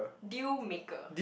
deal maker